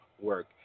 work